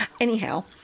Anyhow